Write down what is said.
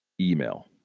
email